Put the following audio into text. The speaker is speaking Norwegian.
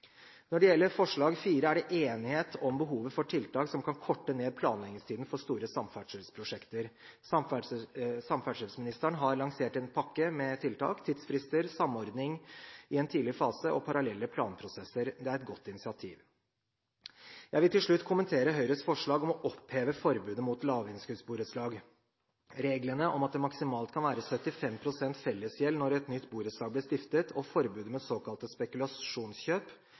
Når det gjelder forslag nr. 4, er det enighet om behovet for tiltak som kan korte ned planleggingstiden for store samferdselsprosjekter. Samferdselsministeren har lansert en pakke med tiltak: tidsfrister, samordning i en tidlig fase og parallelle planprosesser. Det er et godt initiativ. Jeg vil til slutt kommentere Høyres forslag om å oppheve forbudet mot lavinnskuddsborettslag. Reglene om at det maksimalt kan være 75 pst. fellesgjeld når et nytt borettslag blir stiftet, og forbudet mot såkalte spekulasjonskjøp,